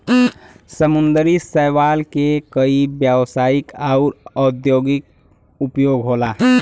समुंदरी शैवाल के कई व्यवसायिक आउर औद्योगिक उपयोग होला